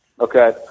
Okay